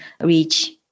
reach